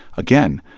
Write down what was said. again,